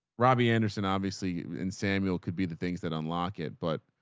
robbie anderson, obviously in samuel could be the things that unlock it. but